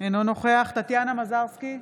אינו נוכח טטיאנה מזרסקי,